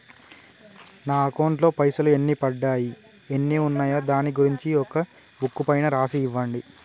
నా అకౌంట్ లో పైసలు ఎన్ని పడ్డాయి ఎన్ని ఉన్నాయో దాని గురించి ఒక బుక్కు పైన రాసి ఇవ్వండి?